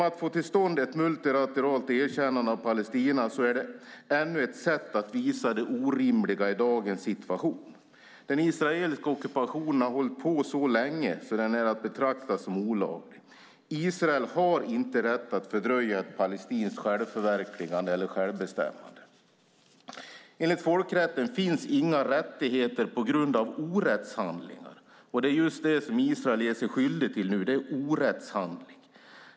Att få till stånd ett multilateralt erkännande är ännu ett sätt att visa det orimliga i dagens situation. Den israeliska ockupationen har hållit på så länge att den är att betrakta som olaglig. Israel har inte rätt att fördröja ett palestinskt självförverkligande eller självbestämmande. Enligt folkrätten finns inga rättigheter på grund av orättshandlingar. Orättshandlingar är just det som Israel gör sig skyldigt till nu.